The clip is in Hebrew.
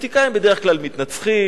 פוליטיקאים בדרך כלל מתנצחים,